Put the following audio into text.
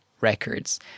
records